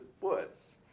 Woods